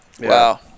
Wow